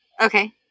Okay